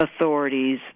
authorities